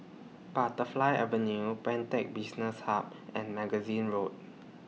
Butterfly Avenue Pantech Business Hub and Magazine Road